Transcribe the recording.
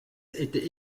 était